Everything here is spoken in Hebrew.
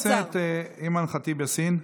חברת הכנסת אימאן ח'טיב יאסין,